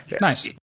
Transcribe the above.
Nice